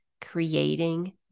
creating